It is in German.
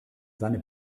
seine